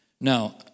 Now